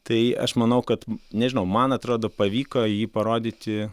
tai aš manau kad nežinau man atrodo pavyko jį parodyti